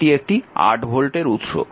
এটি একটি 8 ভোল্টের উৎস